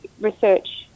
research